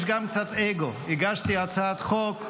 יש גם קצת אגו: הגשתי הצעת חוק,